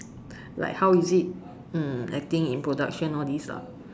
like how is it mm acting in production all these lah